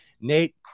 Nate